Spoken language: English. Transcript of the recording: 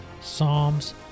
Psalms